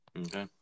Okay